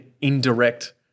indirect